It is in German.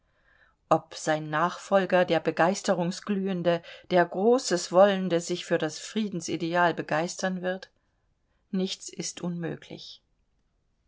ob sein nachfolger der begeisterungsglühende der großes wollende sich für das friedensideal begeistern wird nichts ist's unmöglich